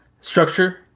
structure